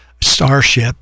Starship